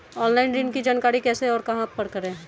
Online ऋण की जानकारी कैसे और कहां पर करें?